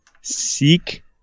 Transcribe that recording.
Seek